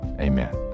Amen